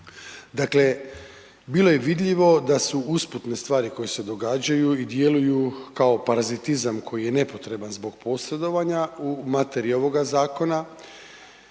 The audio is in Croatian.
Dakle, bilo je vidljivo da su usputne stvari koje se događaju i djeluju kao parazitizam koji je nepotreban zbog posredovanja u materiji ovoga zakona.